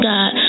God